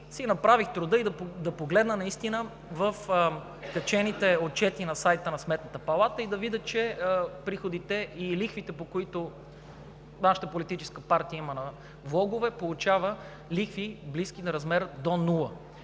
направих си труда да погледна наистина в качените отчети на сайта на Сметната палата и да видя, че за приходите, които нашата политическа партия има на влогове, получава лихви, близки по размер до нула.